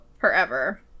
forever